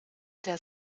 der